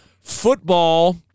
Football